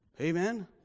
Amen